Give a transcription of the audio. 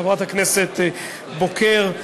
חברת הכנסת בוקר,